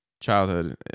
childhood